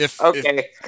Okay